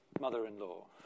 mother-in-law